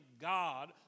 God